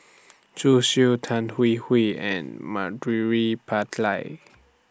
Zhu Xu Tan Hwee Hwee and